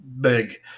big